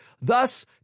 thus